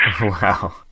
Wow